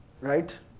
Right